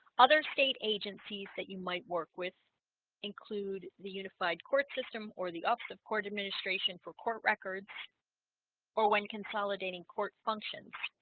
other state agencies that you might work with include the unified court system or the office of court administration for court records or when consolidating court functions